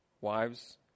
wives